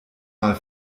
mal